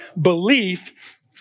belief